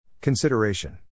Consideration